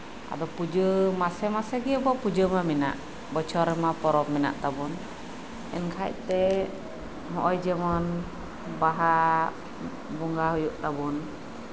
ᱟᱫᱳ ᱢᱟᱥᱮ ᱢᱟᱥᱮ ᱢᱟᱛᱚ ᱯᱩᱡᱟᱹ ᱫᱚ ᱢᱮᱱᱟᱜ ᱵᱚᱪᱷᱚᱨ ᱨᱮᱢᱟ ᱯᱚᱨᱚᱵᱽ ᱢᱮᱱᱟᱜ ᱛᱟᱵᱚᱱ ᱮᱱᱠᱷᱟᱡ ᱛᱮ ᱱᱚᱜ ᱚᱭ ᱡᱮᱢᱚᱱ ᱵᱟᱦᱟ ᱵᱚᱸᱜᱟ ᱦᱩᱭᱩᱜ ᱛᱟᱵᱳᱱ